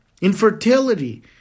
infertility